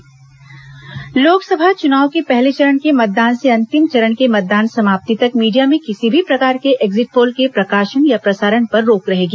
exit poll प्रसारण लोकसभा चुनाव के पहले चरण के मतदान से अंतिम चरण के मतदान समाप्ति तक मीडिया में किसी भी प्रकार के एक्जिट पोल के प्रकाशन या प्रसारण पर रोक रहेगी